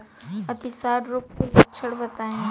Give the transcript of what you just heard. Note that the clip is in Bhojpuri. अतिसार रोग के लक्षण बताई?